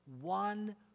one